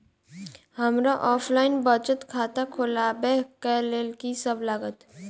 हमरा ऑफलाइन बचत खाता खोलाबै केँ लेल की सब लागत?